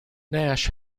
nash